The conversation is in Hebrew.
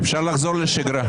אפשר לחזור לשגרה...